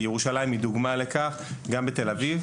כמו ירושלים ותל אביב,